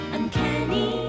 Uncanny